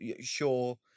sure